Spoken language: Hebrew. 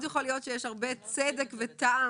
מאוד יכול להיות שיש הרבה צדק וטעם